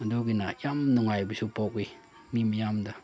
ꯑꯗꯨꯒꯤꯅ ꯌꯥꯝ ꯅꯨꯡꯉꯥꯏꯕꯁꯨ ꯄꯣꯛꯏ ꯃꯤ ꯃꯌꯥꯝꯗ